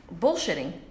bullshitting